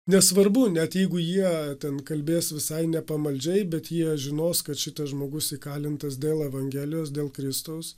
nesvarbu net jeigu jie ten kalbės visai ne pamaldžiai bet jie žinos kad šitas žmogus įkalintas dėl evangelijos dėl kristaus